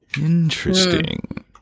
Interesting